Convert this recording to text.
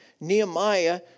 Nehemiah